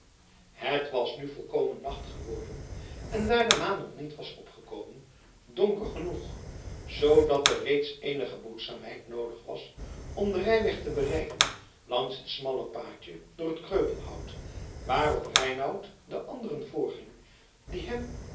het was nu volkomen nacht geworden en daar de maan nog niet was opgekomen donker genoeg zoodat er reeds eenige behoedzaamheid noodig was om den rijweg te bereiken langs het smalle paadje door het kreupelhout waarop reinout de anderen voorging die hem